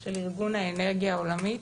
של ארגון האנרגיה העולמית,